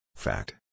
Fact